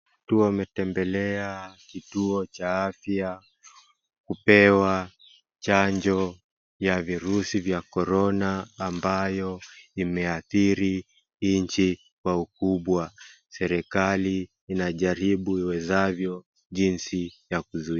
Watu wametembelea kituo cha afya kupewa chanjo ya virudi vya Corona ambayo imahadhiri nchi kwa ukubwa. Serikali inajaribu iwezavyo jinsi ya kuzuia.